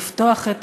לפתוח את